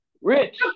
Rich